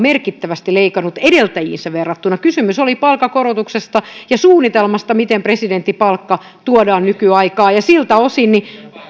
merkittävästi leikannut edeltäjiinsä verrattuna kysymys oli palkankorotuksesta ja suunnitelmasta miten presidentin palkka tuodaan nykyaikaan siltä osin